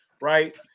right